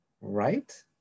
right